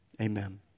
Amen